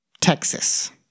Texas